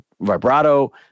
vibrato